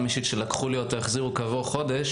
חמישית שלקחו לי אותו החזירו לי אותו כעבור חודש.